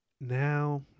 now